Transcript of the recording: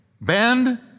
bend